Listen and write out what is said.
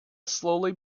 slowly